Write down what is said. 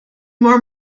more